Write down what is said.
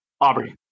Aubrey